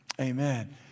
amen